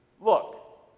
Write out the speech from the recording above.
look